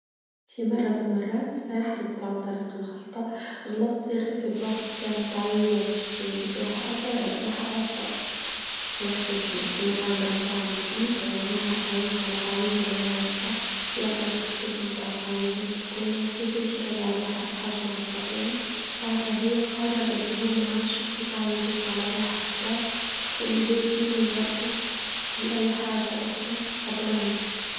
في مرة من المرات سيحربت عن طريق الغلطة غلطت يا أخي في بلاصة تعمل تعويذة بشير رد روحها أقوى رد روحها أصغر يا أخي بدأت المغامرة متاعها من فم كونه هو يروج على تعويذة معاكسة يقرأ في الكتب متاع تعويذات كلها وكيف يشير رجع روحها في حاجمه الطبيعي وبعدها هي قرر اللي هو معانشي تلقى تعويذات على روحها خلاص واللي هو ديما يجرم دي أي حاجة أخرى قبله.